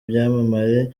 byamamare